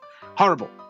Horrible